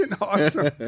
Awesome